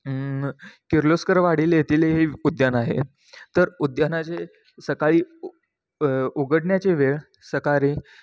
किर्लोस्कर वाडीतील येथील हे उद्यान आहे तर उद्यानाचे सकाळी उघडण्याचे वेळ सकाळी